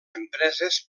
empreses